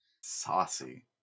saucy